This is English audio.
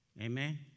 Amen